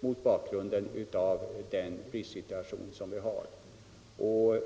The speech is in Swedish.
mot bakgrund av den bristsituation som vi har.